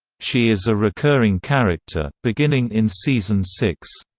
she is a recurring character, beginning in season six.